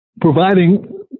providing